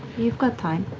you've got time.